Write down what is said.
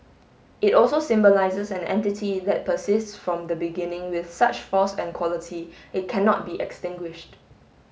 it also symbolises an entity that persists from the beginning with such force and quality it cannot be extinguished